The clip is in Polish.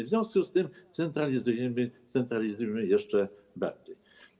W związku z tym centralizujemy, centralizujmy jeszcze bardziej.